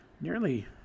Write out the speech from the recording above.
Nearly